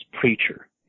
preacher